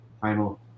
final